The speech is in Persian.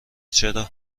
چرا